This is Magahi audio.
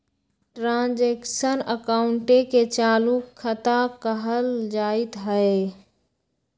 ट्रांजैक्शन अकाउंटे के चालू खता कहल जाइत हइ